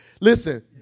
listen